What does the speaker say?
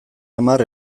hamar